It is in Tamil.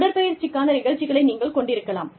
உடற்பயிற்சிக்கான நிகழ்ச்சிகளை நீங்கள் கொண்டிருக்கலாம்